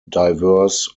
diverse